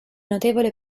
notevole